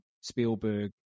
Spielberg